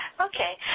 Okay